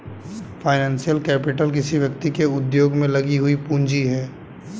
financial capital किसी व्यक्ति के उद्योग में लगी हुई पूंजी है